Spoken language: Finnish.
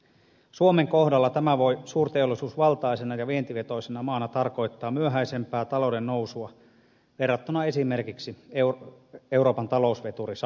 suomen kohdalla tämä voi suurteollisuusvaltaisena ja vientivetoisena maana tarkoittaa myöhäisempää talouden nousua verrattuna esimerkiksi euroopan talousveturiin saksaan